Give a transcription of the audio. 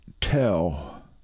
tell